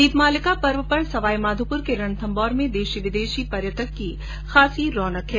दीपमालिका पर्व पर सवाईमाधोपुर के रणथम्भौर में देशी विदेशी सैलानियों की खासी रौनक है